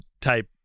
type